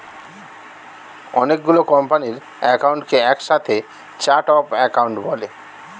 অনেক গুলো কোম্পানির অ্যাকাউন্টকে একসাথে চার্ট অফ অ্যাকাউন্ট বলে